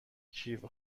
کیف